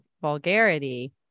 vulgarity